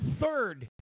third